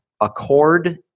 Accord